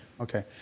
Okay